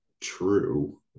true